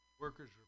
Workers